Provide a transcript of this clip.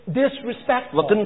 disrespectful